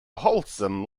wholesome